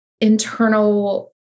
internal